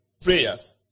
prayers